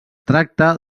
tracta